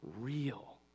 real